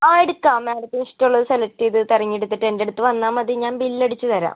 ആ എടുക്കാം മാഡത്തിനിഷ്ടമുള്ളത് സെലക്ട് ചെയ്ത് തിരഞ്ഞെടുത്തിട്ട് എന്റെ അടുത്ത് വന്നാൽ മതി ഞാൻ ബില്ലടിച്ച് തരാം